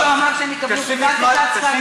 מישהו אמר שהם יקבלו שכר מינימום?